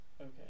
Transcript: okay